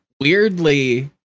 weirdly